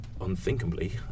unthinkably